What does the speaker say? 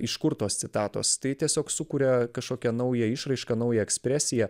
iš kur tos citatos tai tiesiog sukuria kašokią naują išraišką naują ekspresiją